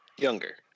Younger